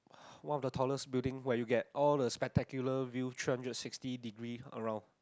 what the tallest building where you get all the spectacular view turn to sixty degree around